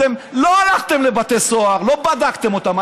לא הלכתם לבתי סוהר, לא בדקתם אותם.